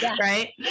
Right